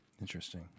Interesting